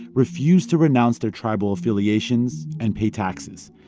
refused to renounce their tribal affiliations and pay taxes.